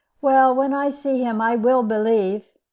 well, when i see him i will believe.